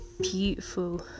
beautiful